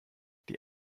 die